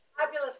Fabulous